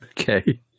Okay